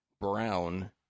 brown